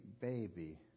baby